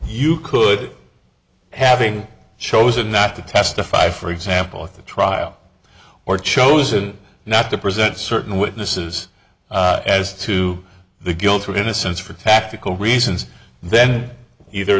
you could having chosen not to testify for example at the trial or chosen not to present certain witnesses as to the guilt or innocence for tactical reasons then either